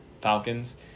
Falcons